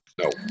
No